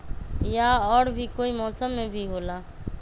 या और भी कोई मौसम मे भी होला?